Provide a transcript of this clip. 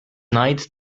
night